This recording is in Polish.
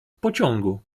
pociągu